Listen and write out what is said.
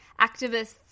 Activists